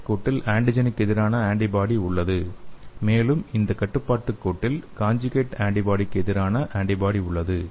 சோதனைக் கோட்டில் ஆன்டிஜெனுக்கு எதிரான ஆன்டிபாடி உள்ளது மேலும் இந்த கட்டுப்பாட்டு கோட்டில் காஞ்சுகேட் ஆன்டிபாடிக்கு எதிரான ஆன்டிபாடி உள்ளது